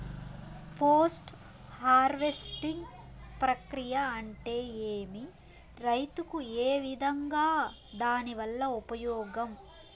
Post harvesting ప్రక్రియ అంటే ఏమి? రైతుకు ఏ విధంగా దాని వల్ల ఉపయోగం?